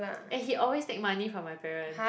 and he always take money from my parents